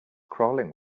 crawling